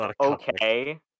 okay